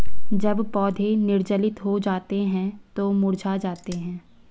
जब पौधे निर्जलित हो जाते हैं तो मुरझा जाते हैं